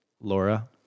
laura